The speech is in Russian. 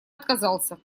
отказался